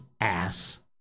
ass